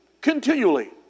continually